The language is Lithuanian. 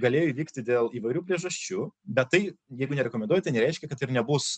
galėjo įvykti dėl įvairių priežasčių bet tai jeigu nerekomenduoja tai nereiškia kad ir nebus